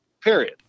period